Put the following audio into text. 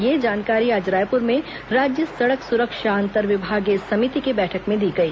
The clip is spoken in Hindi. यह जानकारी आज रायपुर में राज्य सड़क सुरक्षा अंतरविभागीय समिति की बैठक में दी गई